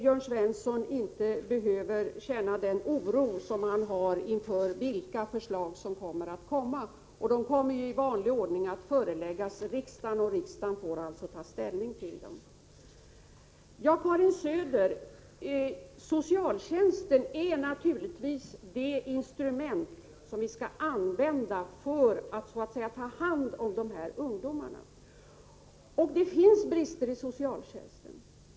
Jörn Svensson behöver inte känna någon oro inför vilka förslag som kommer att läggas fram. Förslagen kommer i vanlig ordning att föreläggas riksdagen — riksdagen får alltså ta ställning till dem. Till Karin Söder vill jag säga att socialtjänsten naturligtvis är det instrument som vi skall använda oss av när det gäller att ta hand om de här ungdomarna. Det finns brister i socialtjänsten.